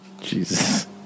Jesus